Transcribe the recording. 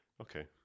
Okay